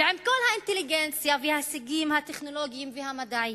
ועם כל האינטליגנציה וההישגים הטכנולוגיים והמדעיים,